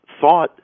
thought